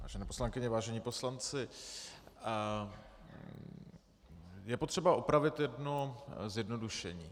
Vážené poslankyně, vážení poslanci, je potřeba opravit jedno zjednodušení.